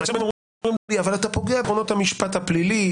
כשאומרים לי אבל אתה פוגע במשפט הפלילי,